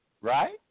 right